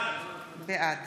בעד